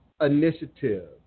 Initiative